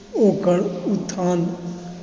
ओकर उत्थान